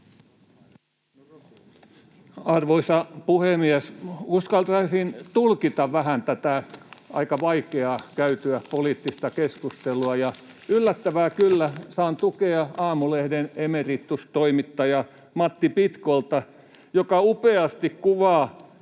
Arvoisa puhemies! Uskaltaisin vähän tulkita tätä aika vaikeaa käytyä poliittista keskustelua. Yllättävää kyllä, saan tukea Aamulehden emeritustoimittaja Matti Pitkolta, joka upeasti kuvaa,